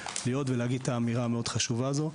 להיות ולהגיד את האמירה המאוד חשובה הזו.